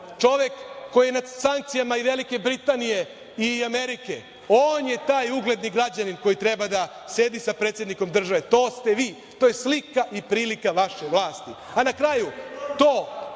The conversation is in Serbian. čovek koji je na sankcijama Velike Britanije i Amerike. On je taj ugledni građanin koji treba da sedi sa predsednikom države. To ste vi. To je slika i prilika vaše vlasti. Na kraju, to